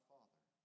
Father